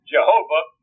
Jehovah